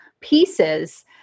pieces